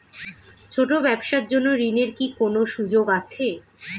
ছোট ব্যবসার জন্য ঋণ এর কি কোন সুযোগ আছে?